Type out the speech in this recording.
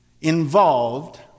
involved